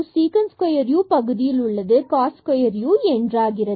sec square u பகுதியில் உள்ளது மற்றும் cos square என்றாகிறது